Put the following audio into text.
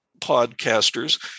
podcasters